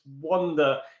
wonder